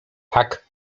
tak